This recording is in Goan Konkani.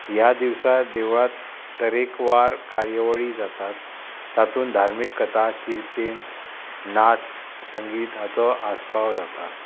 ह्या दिवसा देवळांत तरेकवार कार्यवळी जातात तातूंत धार्मीक कथा किर्तीन नाच संगीत हाचो आस्पाव जाता